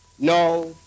No